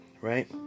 right